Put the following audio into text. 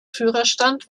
führerstand